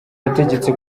yategetse